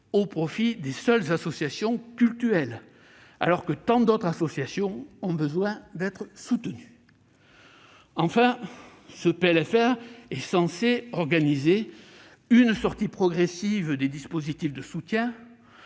au profit des seules associations cultuelles, alors que tant d'autres associations ont besoin d'être soutenues. Enfin, ce projet de loi de finances rectificative est censé organiser une sortie progressive des dispositifs de soutien,